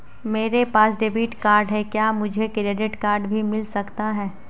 मेरे पास debit card है क्या मुझे क्रेडिट कार्ड भी मिल सकता है?